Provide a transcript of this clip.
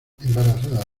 embarazada